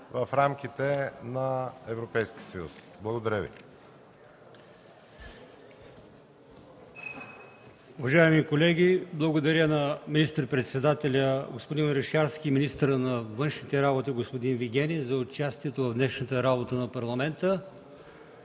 в рамките на Европейския съюз. Благодаря.